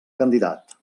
candidat